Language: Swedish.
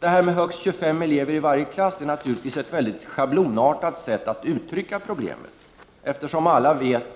Att tala om högst 25 elever är naturligtvis att på ett mycket schablonartat sätt ge uttryck för det här problemet.